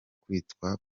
kwitwa